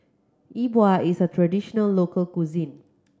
E Bua is a traditional local cuisine